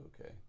okay